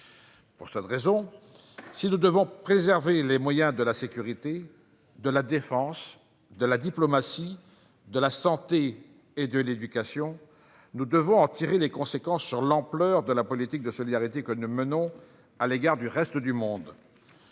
Pour cette raison, si nous devons préserver les moyens de la sécurité, de la défense, de la diplomatie, de la santé et de l'éducation, nous devons en tirer les conséquences sur l'ampleur de la politique de solidarité que nous menons à l'égard du reste du monde.